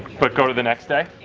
but go to the next day.